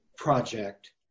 project